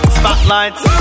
spotlights